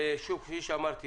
ושוב, כפי שאמרתי